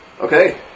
Okay